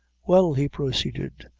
well, he proceeded,